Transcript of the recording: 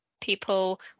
people